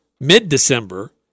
Mid-December